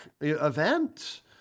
event